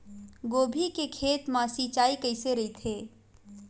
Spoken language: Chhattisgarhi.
गोभी के खेत मा सिंचाई कइसे रहिथे?